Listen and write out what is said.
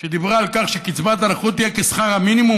שדיברה על כך שקצבת הנכות תהיה כשכר המינימום,